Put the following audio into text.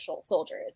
soldiers